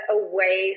away